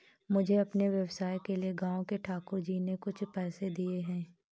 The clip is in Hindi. मुझे अपने व्यवसाय के लिए गांव के ठाकुर जी ने कुछ पैसे दिए हैं